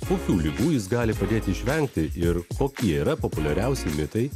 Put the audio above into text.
kokių ligų jis gali padėti išvengti ir kokie yra populiariausi mitai